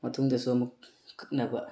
ꯃꯇꯨꯡꯗꯁꯨ ꯑꯃꯨꯛ ꯀꯛꯅꯕ